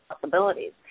possibilities